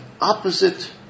opposite